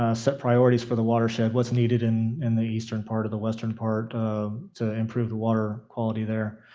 ah set priorities for the watershed, what's needed in in the eastern part or the western part to improve the water quality there.